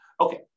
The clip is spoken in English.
Okay